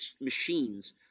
machines